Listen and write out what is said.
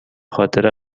خاطر